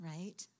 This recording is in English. Right